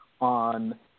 on